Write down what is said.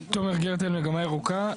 תומר גרטל, מגמה ירוקה.